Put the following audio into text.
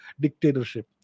dictatorship